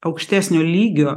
aukštesnio lygio